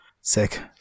Sick